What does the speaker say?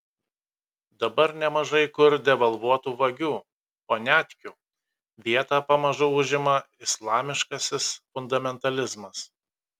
dabar nemažai kur devalvuotų vagių poniatkių vietą pamažu užima islamiškasis fundamentalizmas